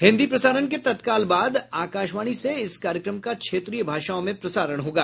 हिन्दी प्रसारण के तत्काल बाद आकाशवाणी से इस कार्यक्रम का क्षेत्रीय भाषाओं में प्रसारण होगा